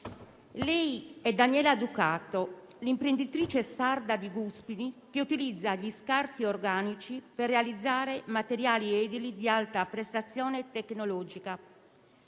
Daniela Ducato, l'imprenditrice sarda di Guspini che utilizza gli scarti organici per realizzare materiali edili ad alta prestazione tecnologica,